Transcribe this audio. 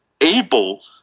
able